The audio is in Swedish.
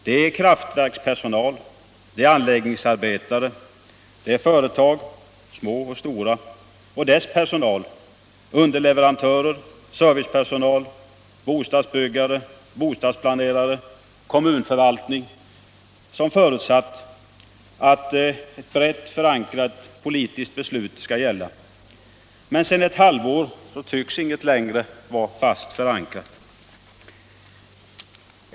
Det är kraftverkspersonal, det är anläggningsarbetare, det är företag — stora och små — och deras personal, underleverantörer, servicepersonal, bostadsbyggare, bostadsplanerare och kommunalförvaltning, som förutsatt att ett brett förankrat politiskt beslut skall gälla. Men sedan ett halvår tycks ingenting längre vara fast förankrat.